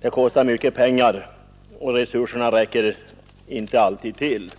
Det kostar mycket pengar, och resurserna räcker inte alltid till.